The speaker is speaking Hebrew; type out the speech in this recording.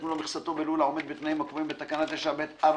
מלוא מכסתו בלול העומד בתנאים הקבועים בתקנה 9(ב)(4)(א)